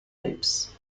loops